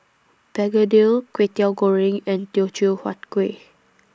Begedil Kwetiau Goreng and Teochew Huat Kuih